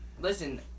listen